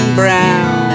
brown